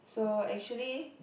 so actually